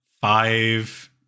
five